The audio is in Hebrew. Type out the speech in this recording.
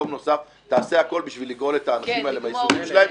יום נוסף תעשה הכול בשביל לגאול את האנשים האלה מהייסורים שלהם.